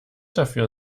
dafür